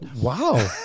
Wow